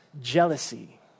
jealousy